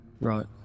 right